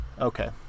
okay